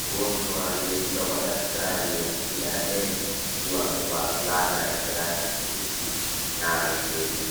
Mgonjwa aliyefika kwa daktari wa tiba ya meno, akiwa amevaa fulana yenye rangi Nyeusi na ameketi.